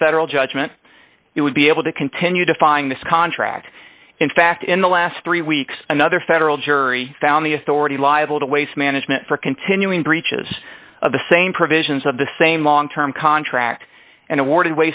this federal judgment it would be able to continue defying this contract in fact in the last three weeks another federal jury found the authority liable to waste management for continuing breaches of the same provisions of the same long term contract and awarded